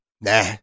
Nah